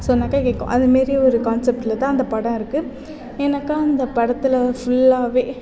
சொன்னாக்கால் கேட்கும் அது மாரி ஒரு கான்செப்ட்டில்தான் அந்த படம் இருக்குது ஏன்னாக்கால் அந்த படத்தில் ஃபுல்லாகவே